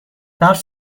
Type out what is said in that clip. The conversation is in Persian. برف